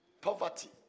poverty